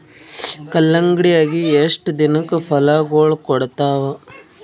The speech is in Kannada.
ಕಲ್ಲಂಗಡಿ ಅಗಿ ಎಷ್ಟ ದಿನಕ ಫಲಾಗೋಳ ಕೊಡತಾವ?